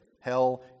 Hell